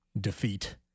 defeat